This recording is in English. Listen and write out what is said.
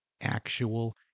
actual